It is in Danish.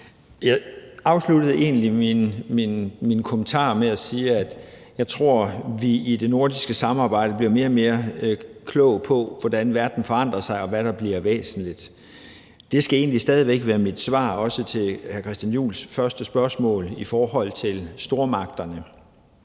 Jeg afsluttede egentlig min kommentar med at sige, at jeg tror, at vi i det nordiske samarbejde bliver mere og mere kloge på, hvordan verden forandrer sig, og hvad der bliver væsentligt. Det skal egentlig stadig væk være mit svar, også på hr. Christian Juhls første spørgsmål i forhold til stormagterne.